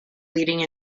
leading